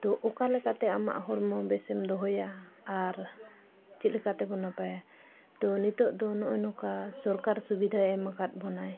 ᱛᱚ ᱚᱠᱟ ᱞᱮᱠᱟᱛᱮ ᱟᱢᱟᱜ ᱦᱚᱲᱢᱚ ᱵᱮᱥᱮᱢ ᱫᱚᱦᱚᱭᱟ ᱟᱨ ᱪᱮᱫ ᱞᱮᱠᱟ ᱛᱮᱵᱚᱱ ᱱᱟᱯᱟᱭᱟ ᱛᱚ ᱱᱤᱛᱳᱜ ᱫᱚ ᱱᱚᱜᱼᱚᱭ ᱱᱚᱝᱠᱟ ᱥᱚᱨᱠᱟᱨ ᱥᱩᱵᱤᱫᱷᱟᱭ ᱮᱢ ᱟᱠᱟᱫ ᱵᱚᱱᱟᱭ